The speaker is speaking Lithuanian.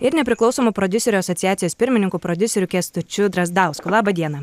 ir nepriklausomų prodiuserių asociacijos pirmininku prodiuseriu kęstučiu drazdausku labą dieną